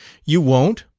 you won't?